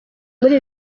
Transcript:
muri